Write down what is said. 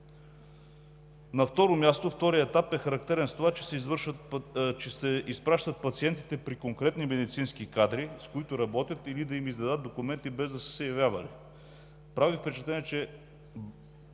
контролирано. Вторият етап е характерен с това, че се изпращат пациентите при конкретни медицински кадри, с които работят, да им издадат документи, без да са се явявали. Прави впечатление, че